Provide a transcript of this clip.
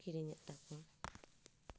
ᱠᱤᱨᱤᱧᱮᱫ ᱛᱟᱠᱚᱣᱟ